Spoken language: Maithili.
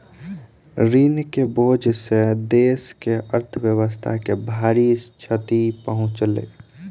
ऋण के बोझ सॅ देस के अर्थव्यवस्था के भारी क्षति पहुँचलै